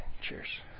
Cheers